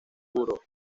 juro